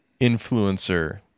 influencer